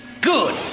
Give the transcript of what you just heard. Good